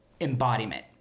embodiment